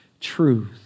truth